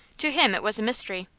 to him it was a mystery,